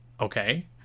okay